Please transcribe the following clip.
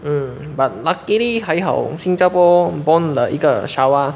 mm but luckily 还好新加坡 born 了一个